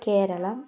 Keralam